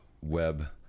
web